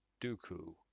Dooku